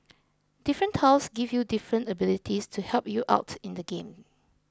different tiles give you different abilities to help you out in the game